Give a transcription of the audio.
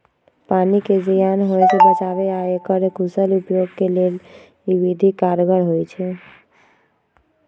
पानी के जीयान होय से बचाबे आऽ एकर कुशल उपयोग के लेल इ विधि कारगर होइ छइ